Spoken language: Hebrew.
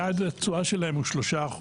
יעד התשואה שלהם הוא 3%